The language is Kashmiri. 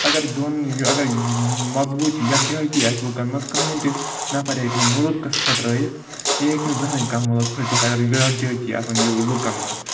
اگر دۄن یہِ اگرَے مضبوٗطی یَکجٲۂتی آسہِ لُکَن منٛز کٕہٕنۍ تہِ نفر ہیٚکہِ نہٕ مُلکَس پھٔٹرٲوِتھ یہِ ہیٚکہِ نہٕ زٕہٕنۍ کانٛہہ مٕلک پھٔٹِتھ اگر یَکجٲۂتی آسَن یہِ لُکَن منٛز